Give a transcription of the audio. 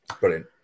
Brilliant